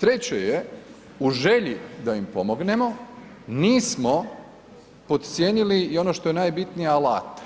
Treće je, u želji da im pomognemo nismo podcijenili i ono što je najbitnije, alat,